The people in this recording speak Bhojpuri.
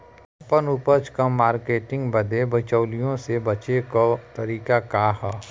आपन उपज क मार्केटिंग बदे बिचौलियों से बचे क तरीका का ह?